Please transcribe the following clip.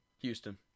Houston